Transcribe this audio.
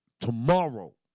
tomorrow